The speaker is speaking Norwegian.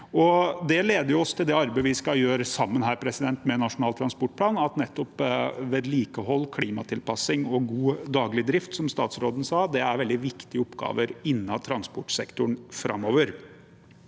Det leder oss til det arbeidet vi skal gjøre sammen, med Nasjonal transportplan, og at nettopp vedlikehold, klimatilpassing og god daglig drift er veldig viktige oppgaver innenfor transportsektoren framover,